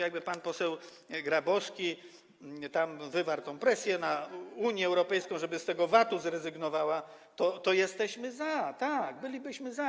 Jakby pan poseł Grabowski wywarł presję na Unię Europejską, żeby z tego VAT-u zrezygnowała, to jesteśmy za, tak, bylibyśmy za.